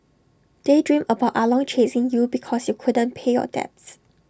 daydream about ah long chasing you because you couldn't pay your debts